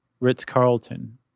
Ritz-Carlton